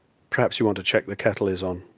perhaps you want to check the kettle is on.